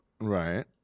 Right